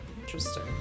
Interesting